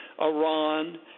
Iran